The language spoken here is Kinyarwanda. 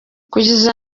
kugeza